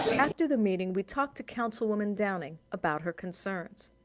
after the meeting, we talked to councilwoman downing about her concerns.